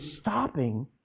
stopping